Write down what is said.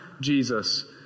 Jesus